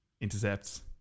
intercepts